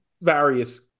various